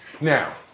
Now